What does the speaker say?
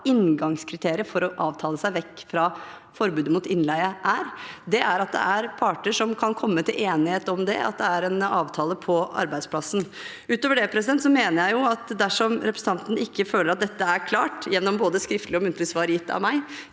inngangskriteriet for å avtale seg vekk fra forbudet mot innleie er. Det er at det er parter som kan komme til enighet om det, at det er en avtale på arbeidsplassen. Utover det mener jeg at dersom representanten føler at dette ikke er klart gjennom både skriftlig og muntlig svar gitt av meg,